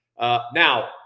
Now